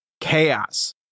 chaos